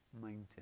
mountain